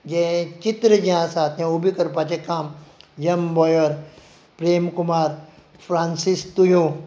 जें चित्र जें आसा तें उबें करपाचें काम एम बोयर प्रेमकुमार फ्रांसीस तुयो